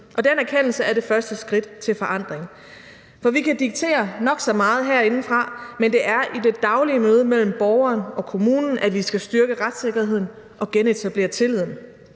og den erkendelse er det første skridt til forandring. For vi kan diktere nok så meget herindefra, men det er i det daglige møde mellem borgeren og kommunen, at vi skal styrke retssikkerheden og genetablere tilliden.